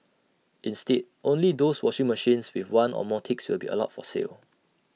instead only those washing machines with one or more ticks will be allowed for sale